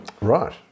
Right